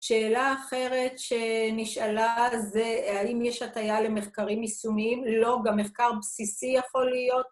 שאלה אחרת שנשאלה זה האם יש הטייל למחקרים יישומיים, לא, גם מחקר בסיסי יכול להיות